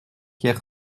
hier